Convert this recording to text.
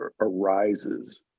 arises